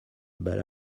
but